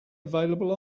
available